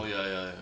oh ya ya ya